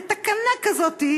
לתקנה כזאת,